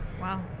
Wow